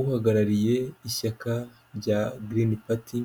Uhagarariye ishyaka rya Girini pati